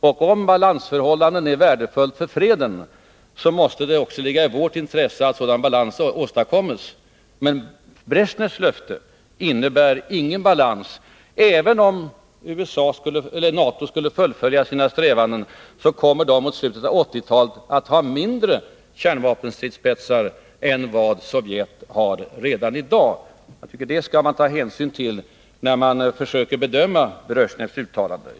Och om balansförhållanden är värdefulla för freden, så måste det också ligga i vårt intresse att sådan balans åstadkoms. Men Bresjnevs löfte innebär ingen balans. Även om NATO skulle fullfölja sina strävanden, så kommer NATO mot slutet av 1980-talet att ha ett mindre antal kärnvapenstridsspetsar än vad Sovjet har redan i dag. Jag tycker att man skall ta hänsyn till detta när man försöker bedöma Bresjnevs uttalande.